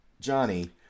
Johnny